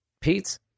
Pete